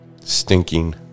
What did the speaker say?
stinking